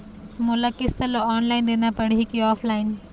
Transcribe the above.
मोला किस्त ला ऑनलाइन देना पड़ही की ऑफलाइन?